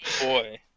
Boy